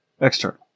External